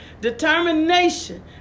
Determination